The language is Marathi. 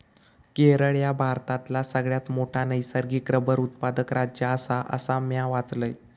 केरळ ह्या भारतातला सगळ्यात मोठा नैसर्गिक रबर उत्पादक राज्य आसा, असा म्या वाचलंय